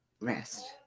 rest